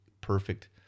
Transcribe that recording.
perfect